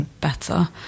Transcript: better